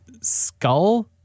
Skull